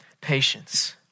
patience